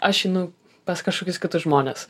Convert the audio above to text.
aš einu pas kažkokius kitus žmones